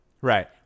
Right